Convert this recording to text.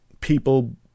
people